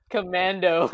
Commando